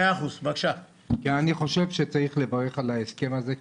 אני חושב שצריך לברך על ההסכם הזה,